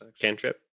cantrip